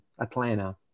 Atlanta